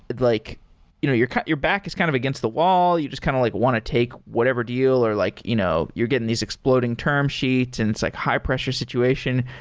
like you know your back is kind of against the wall. you just kind of like want to take whatever deal or like you know you're getting these exploding term sheets and it's like high-pressure situation.